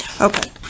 okay